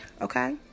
okay